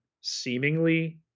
seemingly